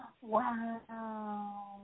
wow